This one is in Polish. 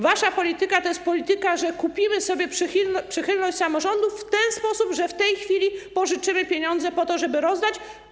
Wasza polityka to jest polityka zakładająca, że kupimy sobie przychylność samorządów w ten sposób, że w tej chwili pożyczymy pieniądze po to, żeby rozdać.